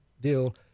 deal